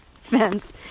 fence